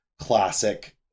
classic